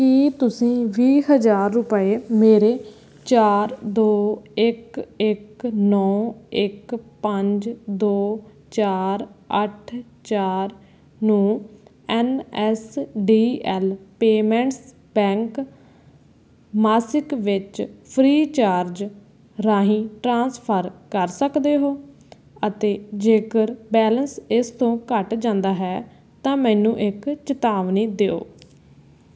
ਕੀ ਤੁਸੀਂਂ ਵੀਹ ਹਜ਼ਾਰ ਰੁਪਏ ਮੇਰੇ ਚਾਰ ਦੋ ਇੱਕ ਇੱਕ ਨੌਂ ਇੱਕ ਪੰਜ ਦੋ ਚਾਰ ਅੱਠ ਚਾਰ ਨੂੰ N S D L payments bank ਮਾਸਿਕ ਵਿੱਚ ਫ੍ਰੀ ਚਾਰਜ ਰਾਹੀਂ ਟ੍ਰਾਂਸਫਰ ਕਰ ਸਕਦੇ ਹੋ ਅਤੇ ਜੇਕਰ ਬੈਲੇਂਸ ਇਸ ਤੋਂ ਘੱਟ ਜਾਂਦਾ ਹੈ ਤਾਂ ਮੈਨੂੰ ਇੱਕ ਚੇਤਾਵਨੀ ਦਿਓ